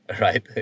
right